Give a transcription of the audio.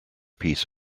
piece